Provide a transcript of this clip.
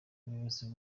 ubuyobozi